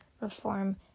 reform